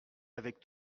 avec